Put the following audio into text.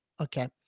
okay